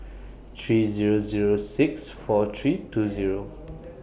three Zero Zero six four three two Zero